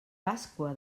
pasqua